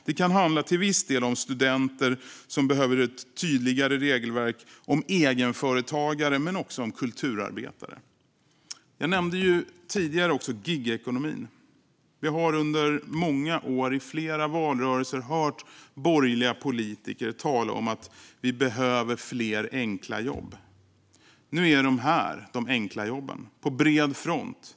Det kan till viss del handla om studenter som behöver ett tydligare regelverk och om egenföretagare men också om kulturarbetare. Jag nämnde tidigare gigekonomin. Vi har under många år, i flera valrörelser, hört borgerliga politiker tala om att vi behöver fler enkla jobb. Nu är de här, de enkla jobben, på bred front.